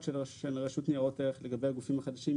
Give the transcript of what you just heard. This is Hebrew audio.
לגבי סעיף הלו"ז,